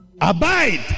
abide